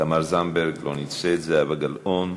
תמר זנדברג, לא נמצאת, זהבה גלאון,